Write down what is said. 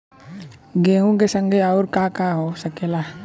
गेहूँ के संगे अउर का का हो सकेला?